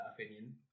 opinion